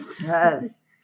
Yes